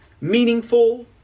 meaningful